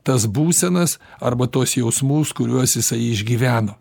tas būsenas arba tuos jausmus kuriuos jisai išgyveno